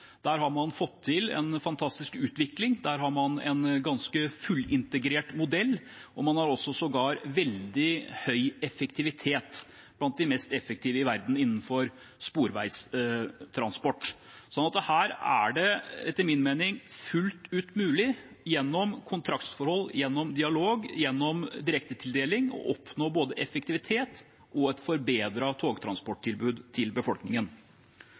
Der har man fått til en fantastisk utvikling, der har man en ganske fullintegrert modell, og man har sågar veldig høy effektivitet – blant de mest effektive i verden innenfor sporveistransport. Så her er det etter min mening fullt ut mulig, gjennom kontraktsforhold, gjennom dialog, gjennom direktetildeling, å oppnå både effektivitet og et forbedret togtransporttilbud til befolkningen.